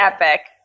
epic